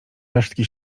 resztki